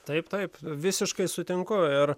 taip taip visiškai sutinku ir